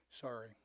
sorry